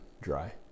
dry